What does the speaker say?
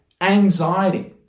anxiety